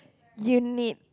unique